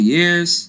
years